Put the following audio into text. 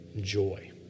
joy